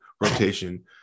rotation